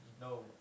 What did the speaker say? No